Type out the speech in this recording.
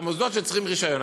במוסדות שצריכים רישיון.